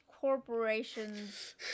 corporations